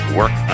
work